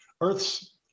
Earth's